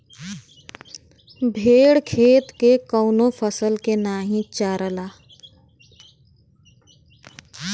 भेड़ खेत के कवनो फसल के नाही चरला